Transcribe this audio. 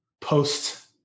Post